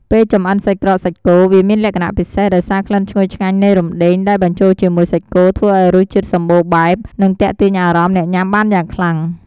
ពេលចម្អិនសាច់ក្រកសាច់គោ វាមានលក្ខណៈពិសេស ដោយសារក្លិនឈ្ងុយឆ្ងាញ់នៃរំដេង ដែលបញ្ចូលជាមួយសាច់គោ ធ្វើឱ្យរសជាតិសម្បូរបែប និងទាក់ទាញអារម្មណ៍អ្នកញ៉ាំបានយ៉ាងខ្លាំង។